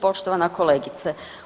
Poštovana kolegice.